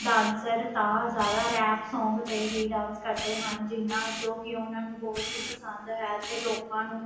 dancer ਤਾਂ ਜ਼ਿਆਦਾ rap song 'ਤੇ ਹੀ ਡਾਂਸ ਕਰਦੇ ਹਨ ਜਿਹਨਾਂ ਜੋ ਕਿ ਉਹਨਾਂ ਨੂੰ ਬਹੁਤ ਹੀ ਪਸੰਦ ਹੈ ਅਤੇ ਲੋਕਾਂ ਨੂੰ